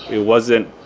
it wasn't,